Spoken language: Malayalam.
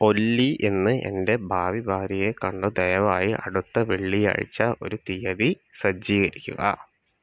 ഒല്ലി ഇന്ന് എൻ്റെ ഭാവി ഭാര്യയെ കണ്ടു ദയവായി അടുത്ത വെള്ളിയാഴ്ച ഒരു തീയതി സജ്ജീകരിക്കുക